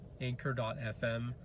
anchor.fm